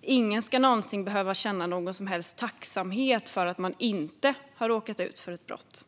Ingen ska någonsin behöva känna någon som helst tacksamhet över att man inte har råkat ut för ett brott.